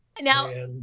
Now